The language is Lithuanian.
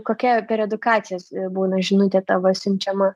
kokia per edukacijas būna žinutė tavo siunčiama